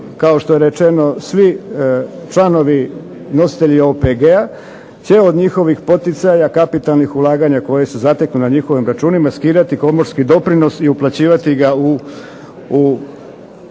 kao što je rečeno svi članovi nositelji OPG-a, .../Govornik se ne razumije./... njihovih poticaja, kapitalnih ulaganja koji se zateknu na njihovim računima, skidati komorski doprinos i uplaćivati ga u